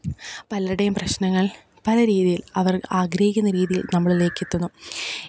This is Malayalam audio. പലര്ടേം പ്രശ്നങ്ങള് പല രീതിയില് അവര് ആഗ്രഹിക്കുന്ന രീതിയില് നമ്മളിലേക്കെത്തുന്നു